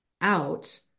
out